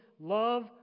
Love